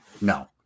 No